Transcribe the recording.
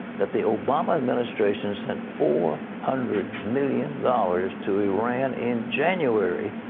that the obama administration sent four hundred million dollars to iran in january,